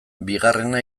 bigarrena